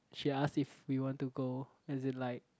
she ask if we want to go as in like